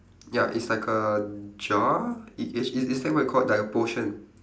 ya is like a jar it it's it's that what you call like a potion